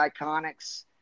Iconics